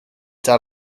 dot